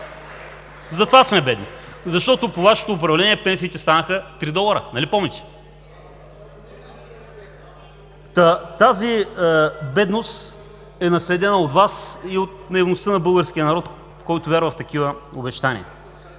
затова сме бедни! Защото по Вашето управление пенсиите станаха три долара, нали помните?! Тази бедност е наследена от Вас и от наивността на българския народ, който вярва в такива обещания.